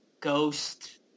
ghost